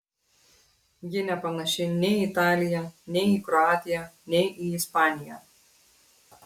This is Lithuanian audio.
ji nepanaši nei į italiją nei į kroatiją nei į ispaniją